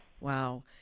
Wow